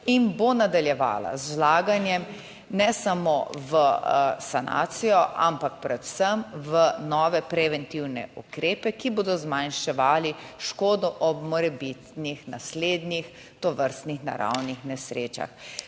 in bo nadaljevala z vlaganjem, ne samo v sanacijo, ampak predvsem v nove preventivne ukrepe, ki bodo zmanjševali škodo ob morebitnih naslednjih tovrstnih naravnih nesrečah.